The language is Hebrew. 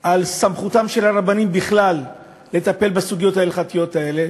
על סמכותם של הרבנים בכלל לטפל בסוגיות ההלכתיות האלה.